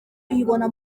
uyibona